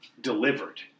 delivered